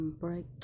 break